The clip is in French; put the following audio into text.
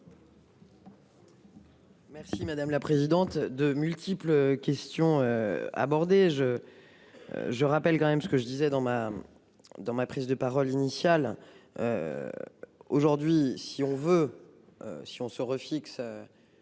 Merci madame la présidente, de multiples questions. Abordées je. Je rappelle quand même ce que je disais dans ma. Dans ma prise de parole initiale. Aujourd'hui si on veut. Si on se refixe.